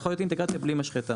יכולה להיות אינטגרציה בלי משחטה,